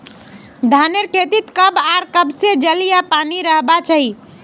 धानेर खेतीत कब आर कब से जल या पानी रहबा चही?